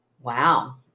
Wow